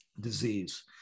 disease